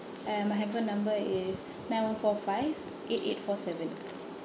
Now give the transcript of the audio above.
and my handphone number is nine one four five eight eight four seven